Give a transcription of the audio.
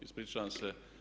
Ispričavam se.